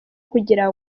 kugira